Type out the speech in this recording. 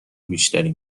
بیشتری